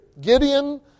Gideon